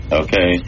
okay